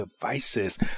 devices